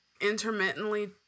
intermittently